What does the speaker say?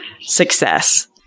success